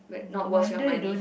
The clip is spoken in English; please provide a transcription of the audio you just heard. but not worth your money